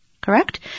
Correct